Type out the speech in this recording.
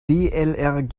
dlrg